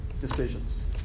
decisions